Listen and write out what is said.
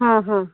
ହଁ ହଁ